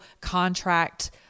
contract